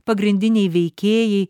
pagrindiniai veikėjai